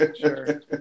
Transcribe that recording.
Sure